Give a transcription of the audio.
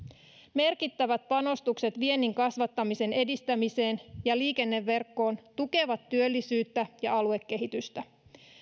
merkittävät panostukset viennin kasvattamisen edistämiseen ja liikenneverkkoon tukevat työllisyyttä ja aluekehitystä